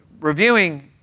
reviewing